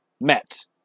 met